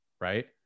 right